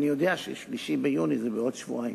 אני יודע ש-3 ביוני זה בעוד שבועיים.